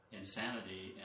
insanity